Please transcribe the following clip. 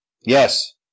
Yes